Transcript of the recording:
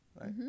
right